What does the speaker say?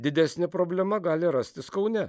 didesnė problema gali rastis kaune